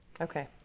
Okay